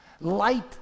Light